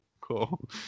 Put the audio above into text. cool